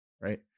Right